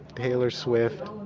taylor swift,